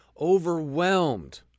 overwhelmed